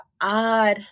odd